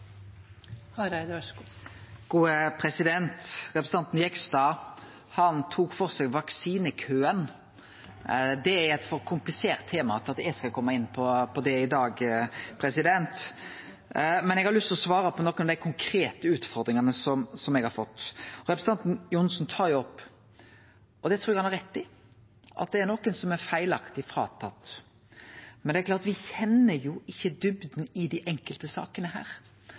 eit for komplisert tema til at eg skal kome inn på det i dag. Men eg har lyst til å svare på nokre av dei konkrete utfordringane som eg har fått. Representanten Johnsen tar opp at det er nokon som er feilaktig fråtatt dette, og det trur eg han har rett i, men det er klart at me kjenner jo ikkje djupna i dei enkelte sakene her.